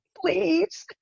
please